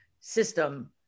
system